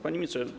Panie Ministrze!